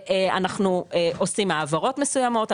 אנחנו עושים העברות מסוימות,